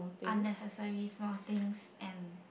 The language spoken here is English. unnecessary small things and